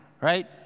right